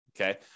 okay